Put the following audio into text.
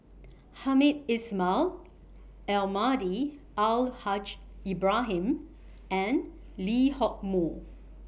Hamed Ismail Almahdi Al Haj Ibrahim and Lee Hock Moh